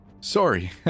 Sorry